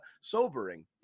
sobering